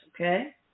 okay